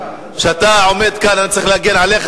כשאתה עומד כאן אני צריך להגן עליך